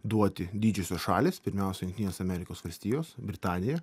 duoti didžiosios šalys pirmiausia jungtinės amerikos valstijos britanija